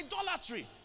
Idolatry